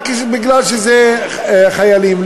רק בגלל שזה חיילים,